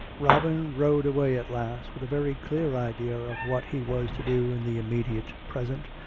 robin rode away at last with a very clear idea of what he was to do in the immediate present,